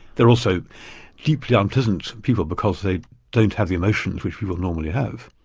they're also deeply unpleasant people because they don't have the emotions which people normally have.